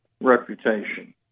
reputation